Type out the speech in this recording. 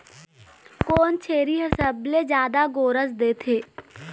कोन छेरी हर सबले जादा गोरस देथे?